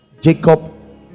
Jacob